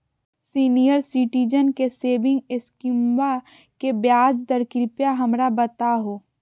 senior citizen के saving स्कीमवा के ब्याज दर कृपया हमरा बताहो